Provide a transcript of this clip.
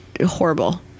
horrible